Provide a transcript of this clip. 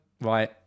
right